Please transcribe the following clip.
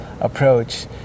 approach